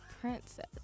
princess